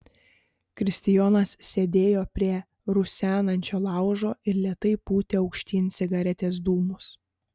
kristijonas sėdėjo prie rusenančio laužo ir lėtai pūtė aukštyn cigaretės dūmus